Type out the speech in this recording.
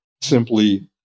simply